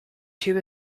tuba